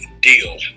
deal